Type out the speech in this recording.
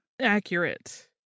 Accurate